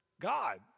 God